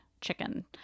chicken